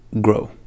grow